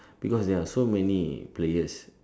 because there are so many players